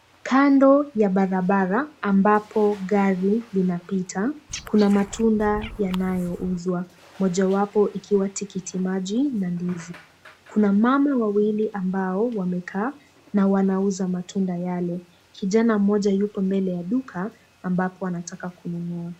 Kando ya barabara ambapo gari inapita, kuna matunda yanayouzwa mojawapo ikiwa tikiti maji na ndizi. Kuna mama wawili ambao wamekaa na wanauza matunda yale. Kijana mmoja yupo mbele ya duka ambapo anataka kununua.